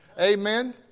amen